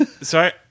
Sorry